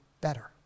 better